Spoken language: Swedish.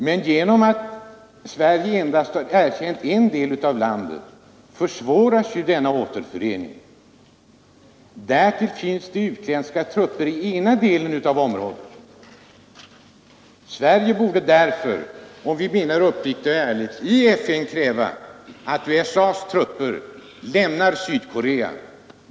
Men genom att Sverige endast har erkänt en del av landet försvåras ju återföreningen. Därtill finns det utländska trupper i och ärlig inställning, i FN kräva att USA:s trupper lämnar Sydkorea.